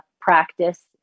practice